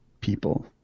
people